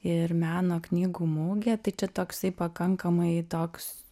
ir meno knygų mugė tai čia toksai pakankamai toks